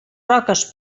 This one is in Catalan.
roques